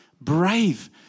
brave